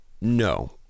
no